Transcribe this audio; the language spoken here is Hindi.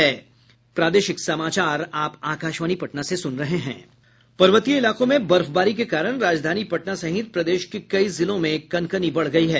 पर्वतीय इलाकों में बर्फबारी के कारण राजधानी पटना सहित प्रदेश के कई जिलों में कनकनी बढ़ गयी है